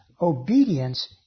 obedience